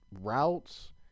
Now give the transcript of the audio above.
routes